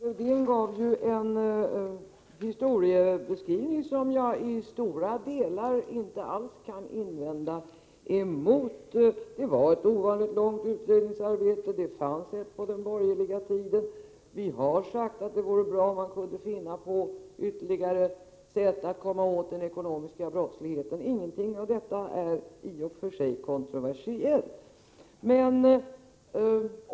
Fru talman! Lars-Erik Lövdén gav en historiebeskrivning, som jag i stora delar inte alls kan invända emot. Det var ett ovanligt långt utredningsarbete. Det fanns en utredning på den borgerliga tiden. Vi har sagt att det vore bra om man kunde finna ytterligare sätt att komma åt den ekonomiska brottsligheten. Ingenting av detta är i och för sig kontroversiellt.